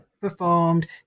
performed